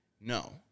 No